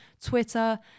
Twitter